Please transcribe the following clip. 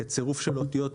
כצירוף של אותיות,